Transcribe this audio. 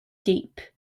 deep